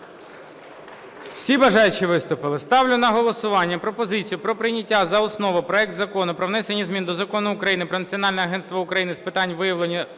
Всі бажаючі виступили? Ставлю на голосування пропозицію про прийняття за основу проекту Закону про внесення змін до Закону України "Про Національне агентство України з питань виявлення,